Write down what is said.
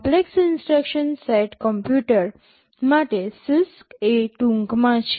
complex instruction set computer માટે CISC એ ટૂંકમાં છે